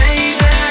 baby